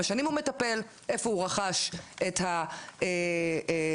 והסכמה בסיסית שזה הולך לקראת הסדרה אקדמית,